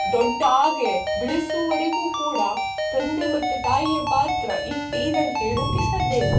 ದೊಡ್ಡ ಆಗಿ ಬೆಳೆಸುವರೆಗೂ ಕೂಡ ತಂದೆ ಮತ್ತು ತಾಯಿಯ ಪಾತ್ರ ಇಷ್ಟ್ ಇದಂತ ಹೇಳುಕೆಕೆ ಸಾಧ್ಯವಿಲ್ಲ